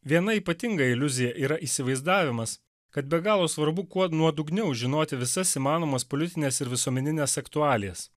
viena ypatinga iliuzija yra įsivaizdavimas kad be galo svarbu kuo nuodugniau žinoti visas įmanomas politines ir visuomenines aktualijas